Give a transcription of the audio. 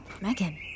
Megan